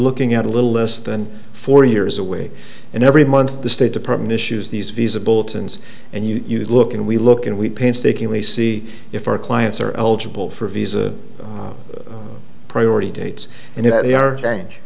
looking at a little less than four years away and every month the state department issues these visa bulletins and you'd look and we look and we painstakingly see if our clients are eligible for a visa priority dates and if they are change